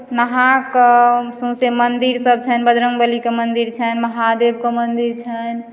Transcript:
नहा कऽ सौँसै मन्दिर सब छन्हि बजरंग वलीके मन्दिर छन्हि महादेवके मन्दिर छन्हि